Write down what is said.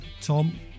Tom